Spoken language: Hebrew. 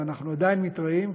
אנחנו עדיין מתראים,